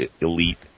elite